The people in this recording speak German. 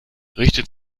richtet